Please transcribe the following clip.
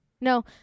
No